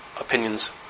opinions